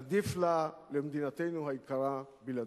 עדיף לה, למדינתנו היקרה, בלעדיך.